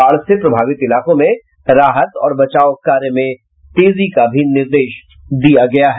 बाढ़ से प्रभावित इलाकों में राहत और बचाव कार्य में तेजी का भी निर्देश दिये गये हैं